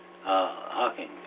Hawking